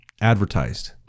advertised